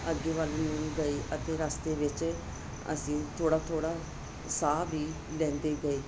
ਅੱਗੇ ਵੱਲ ਨੂੰ ਗਏ ਅਤੇ ਰਸਤੇ ਵਿੱਚ ਅਸੀਂ ਥੋੜ੍ਹਾ ਥੋੜ੍ਹਾ ਸਾਹ ਵੀ ਲੈਂਦੇ ਗਏ